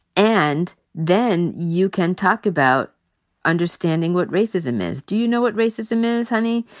and then you can talk about understanding what racism is. do you know what racism is, honey?